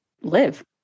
live